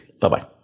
Bye-bye